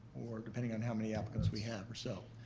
or depending on how many applicants we have or so.